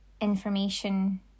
information